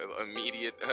Immediate